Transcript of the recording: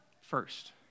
First